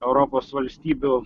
europos valstybių